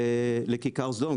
לכיכר סדום,